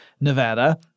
Nevada